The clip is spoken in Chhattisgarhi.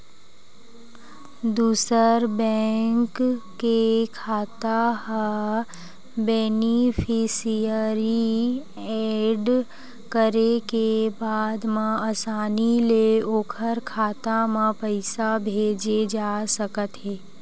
दूसर बेंक के खाता ह बेनिफिसियरी एड करे के बाद म असानी ले ओखर खाता म पइसा भेजे जा सकत हे